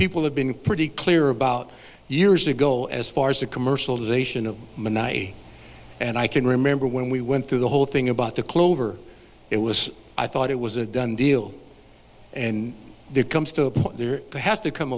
people have been pretty clear about years ago as far as the commercialization of monotony and i can remember when we went through the whole thing about the clover it was i thought it was a done deal and there comes to a point there has to come